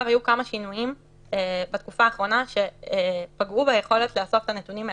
היו כמה שינויים בתקופה האחרונה שפגעו ביכולת לאסוף את הנתונים האלה,